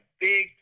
big